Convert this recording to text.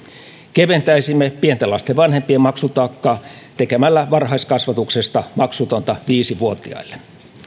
keventäisimme pienten lasten vanhempien maksutaakkaa tekemällä varhaiskasvatuksesta maksutonta viisi vuotiaille